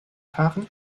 fahren